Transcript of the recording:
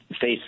face